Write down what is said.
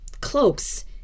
cloaks